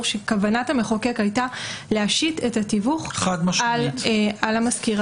שכוונת המחוקק הייתה להשית את התיווך על המשכיר,